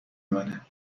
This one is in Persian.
منه